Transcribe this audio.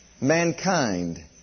mankind